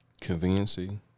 Conveniency